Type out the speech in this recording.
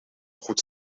goed